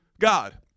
God